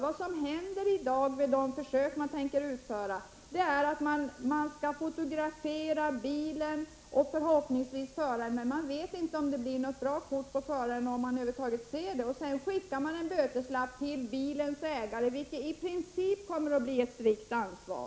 Vad som händer vid de försök man tänker utföra är att man fotograferar bilen och förhoppningsvis föraren, men man vet inte om det blir något bra kort på föraren, om han över huvud taget syns på bilden. Sedan skickar man en böteslapp till bilens ägare, vilket i princip kommer att bli ett strikt ansvar.